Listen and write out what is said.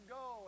go